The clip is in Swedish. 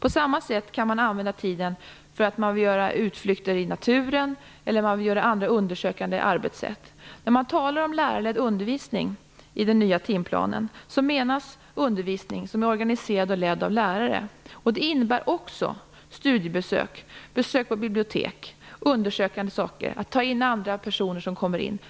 På samma sätt kan man använda tiden till utflykter i naturen eller till andra undersökande arbetssätt. Med lärarledd undervisning i den nya timplanen menas undervisning som är organiserad och ledd av lärare. Det innebär också studiebesök, besök på bibliotek och undersökande arbete och även att ta in andra personer.